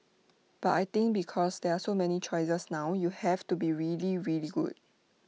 but I think because there are so many choices now you have to be really really good